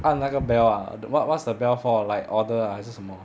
按那个 bell ah what what's the bell for like order 还是什么